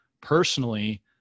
Personally